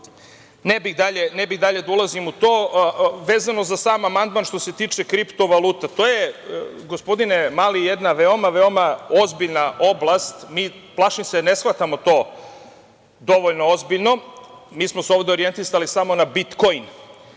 ne bih dalje da ulazim u to. Vezano za sam amandman što se tiče kriptovaluta, to je, gospodine Mali, jedna veoma veoma ozbiljna oblast. Plašim se da ne shvatamo to dovoljno ozbiljno. Mi smo se ovde orijentisali na bitkoin.